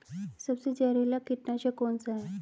सबसे जहरीला कीटनाशक कौन सा है?